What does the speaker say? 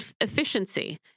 efficiency